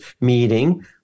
meeting